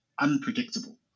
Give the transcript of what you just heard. unpredictable